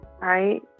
right